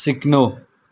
सिक्नु